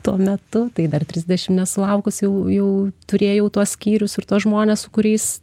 tuo metu tai dar trisdešimt nesulaukus jau jau turėjau tuos skyrius ir tuos žmones su kuriais